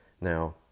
Now